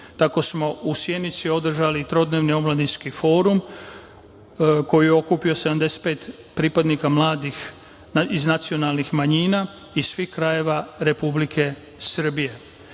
odnosa.U Sjenici smo održali trodnevni omladinski forum koji je okupio 75 pripadnika mladih iz nacionalnih manjina i svih krajeva Republike Srbije. Na